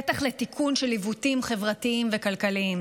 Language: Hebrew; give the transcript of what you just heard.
פתח לתיקון של עיוותים חברתיים וכלכליים.